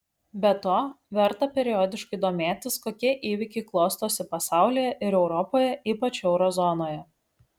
be to verta periodiškai domėtis kokie įvykiai klostosi pasaulyje ir europoje ypač euro zonoje